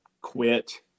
quit